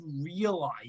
realize